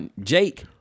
Jake